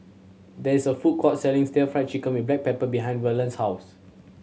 there is a food court selling still Fried Chicken with black pepper behind Verlon's house